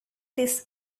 this